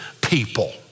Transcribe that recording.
people